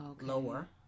lower